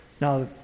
Now